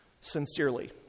sincerely